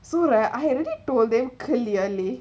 so like I already told them clearly